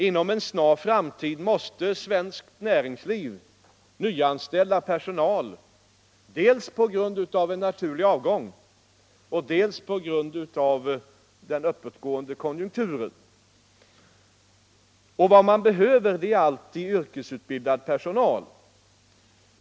Inom en snar framtid måste svenskt näringsliv nyanställa personal, dels på grund av en naturlig avgång, dels på grund av den uppåtgående konjunkturen. Vad man behöver är alltid yrkesutbildad personal.